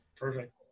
perfect